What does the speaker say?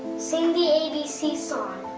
sing the abc song.